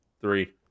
Three